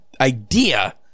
idea